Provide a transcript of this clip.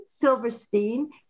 Silverstein